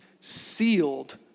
sealed